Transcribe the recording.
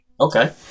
Okay